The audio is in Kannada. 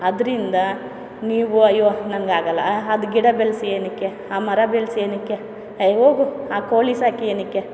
ಅದರಿಂದ ನೀವು ಅಯ್ಯೋ ನಂಗೆ ಆಗಲ್ಲ ಅದು ಗಿಡ ಬೆಳೆಸಿ ಏತಕ್ಕೆ ಆ ಮರ ಬೆಳೆಸಿ ಏತಕ್ಕೆ ಏ ಹೋಗು ಆ ಕೋಳಿ ಸಾಕಿ ಏತಕ್ಕೆ